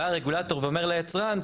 בא הרגולטור ואומר ליצרן,